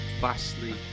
vastly